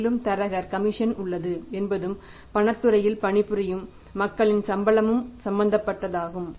மேலும் தரகர் கமிஷன் உள்ளது என்பதும் பணத் துறையில் பணிபுரியும் மக்களின் சம்பளமும் சம்பந்தப்பட்டதாகும்